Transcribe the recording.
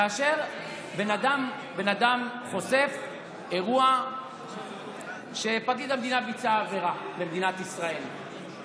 כאשר בן אדם חושף אירוע שבו פקיד המדינה ביצע עברה במדינת ישראל,